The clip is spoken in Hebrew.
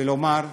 ולומר,